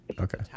Okay